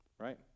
right